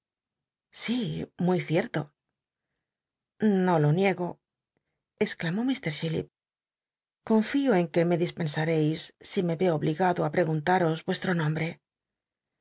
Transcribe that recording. muy cierto no lo niego exclamó itr chillip confio en que me dispensareis si me eo obligado i preguntaros mcstro nombre